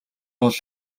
бол